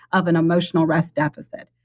of an emotional rest deficit.